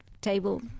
table